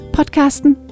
Podcasten